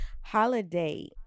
Holiday